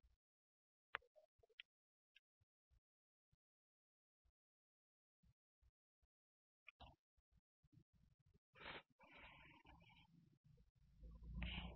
तर तो 4 50000 रुपये होता आणि आता तो 450010 रुपये आहे